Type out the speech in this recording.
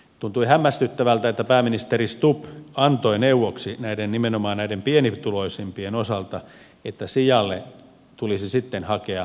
tuntui hämmästyttävältä että pääministeri stubb antoi neuvoksi nimenomaan näiden pienituloisimpien osalta että sijalle tulisi sitten hakea toimeentulotukea